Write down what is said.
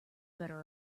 better